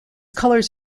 colors